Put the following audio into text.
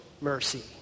mercy